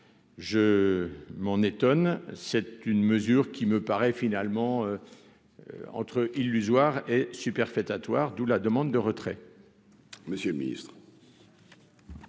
je m'en étonne c'est une mesure qui me paraît finalement entre illusoire et superfétatoire, d'où la demande de retrait. Monsieur le Ministre.